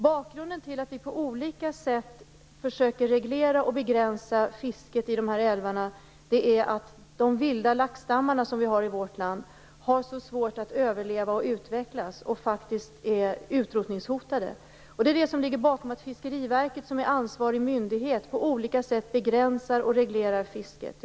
Bakgrunden till att vi på olika sätt försöker reglera och begränsa fisket i älvarna är att de vilda laxstammar vi har i vårt land har så svårt att överleva och utvecklas. De är faktiskt utrotningshotade. Det är det som ligger bakom att Fiskeriverket, som är ansvarig myndighet, på olika sätt begränsar och reglerar fisket.